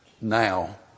Now